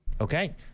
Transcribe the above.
Okay